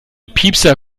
piepser